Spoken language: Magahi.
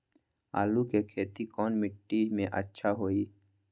आलु के खेती कौन मिट्टी में अच्छा होइ?